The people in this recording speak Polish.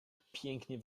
pięknie